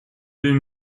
deux